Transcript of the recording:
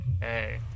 Hey